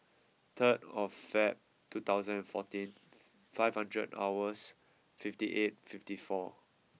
zero of five two thousand fourteen five hundred hours fifty eight fifty four